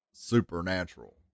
supernatural